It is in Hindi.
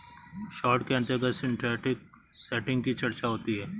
शार्ट के अंतर्गत सिंथेटिक सेटिंग की चर्चा होती है